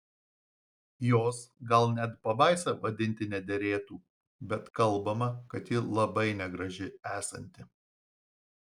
jos gal net pabaisa vadinti nederėtų bet kalbama kad ji labai negraži esanti